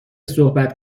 صحبت